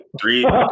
Three